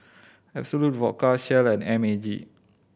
Absolut Vodka Shell and M A G